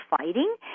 fighting